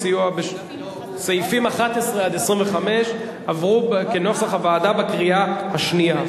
סעיפים 11 25 עברו כנוסח הוועדה בקריאה השנייה.